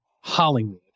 Hollywood